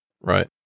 Right